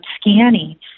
scanning